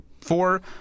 four